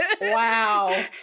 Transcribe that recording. Wow